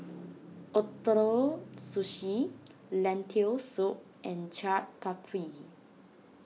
Ootoro Sushi Lentil Soup and Chaat Papri